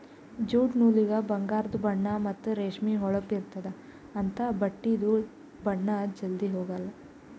jute ನೂಲಿಗ ಬಂಗಾರದು ಬಣ್ಣಾ ಮತ್ತ್ ರೇಷ್ಮಿ ಹೊಳಪ್ ಇರ್ತ್ತದ ಅಂಥಾ ಬಟ್ಟಿದು ಬಣ್ಣಾ ಜಲ್ಧಿ ಹೊಗಾಲ್